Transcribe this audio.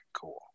cool